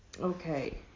Okay